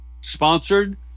Sponsored